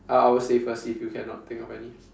I I will say first if you cannot think of any